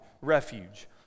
refuge